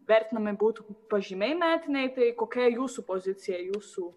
vertinami būtų pažymiai metiniai tai kokia jūsų pozicija jūsų